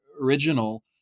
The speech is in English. original